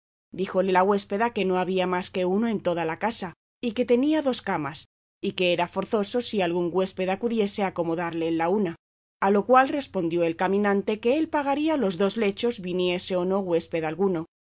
díjole la huéspeda que no había más de uno en toda la casa y que tenía dos camas y que era forzoso si algún huésped acudiese acomodarle en la una a lo cual respondió el caminante que él pagaría los dos lechos viniese o no huésped alguno